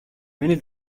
many